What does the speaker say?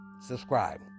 subscribe